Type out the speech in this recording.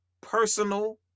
personal